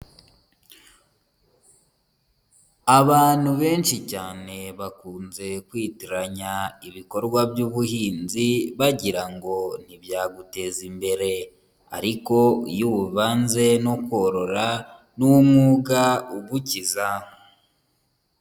Abantu benshi cyane bakunze kwitiranya ibikorwa by'ubuhinzi bagira ngo ntibyaguteza imbere, ariko iyo ubuvanze no korora ni umwuga ugukiza.